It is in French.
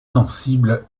sensible